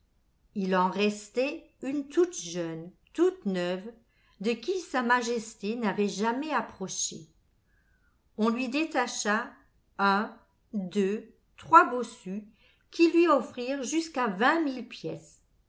il en restait une toute jeune toute neuve de qui sa majesté n'avait jamais approché on lui détacha un deux trois bossus qui lui offrirent jusqu'à vingt mille pièces